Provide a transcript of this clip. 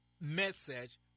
message